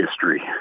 history